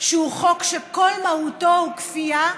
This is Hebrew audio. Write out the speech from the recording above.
שהוא חוק שכל מהותו הוא כפייה,